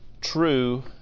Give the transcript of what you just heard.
true